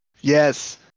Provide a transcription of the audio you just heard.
Yes